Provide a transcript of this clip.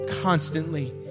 constantly